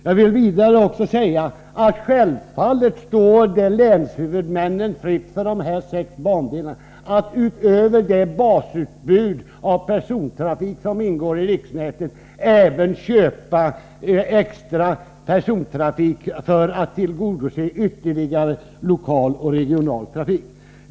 Jag vill vidare säga att det självfallet står länshuvudmännen fritt när det gäller de här sex banorna att utöver det basutbud av persontrafik som ingår i riksnätet även skaffa extra persontrafik för att tillgodose behov av ytterligare lokal och regional trafik.